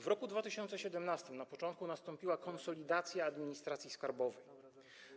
W roku 2017, na początku, nastąpiła konsolidacja administracji skarbowej.